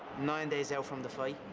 nine days out from the fight,